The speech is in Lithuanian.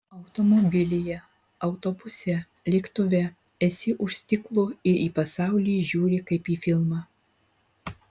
automobilyje autobuse lėktuve esi už stiklo ir į pasaulį žiūri kaip į filmą